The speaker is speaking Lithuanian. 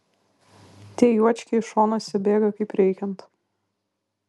tie juočkiai šonuose bėga kaip reikiant